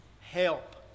help